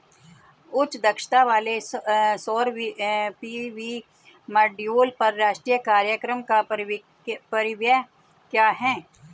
उच्च दक्षता वाले सौर पी.वी मॉड्यूल पर राष्ट्रीय कार्यक्रम का परिव्यय क्या है?